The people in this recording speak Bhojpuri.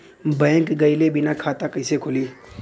बैंक गइले बिना खाता कईसे खुली?